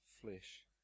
flesh